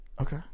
Okay